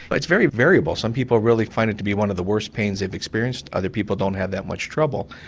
but it's very variable. some people really find it to be one of the worst pains they've experienced other people don't have that much trouble.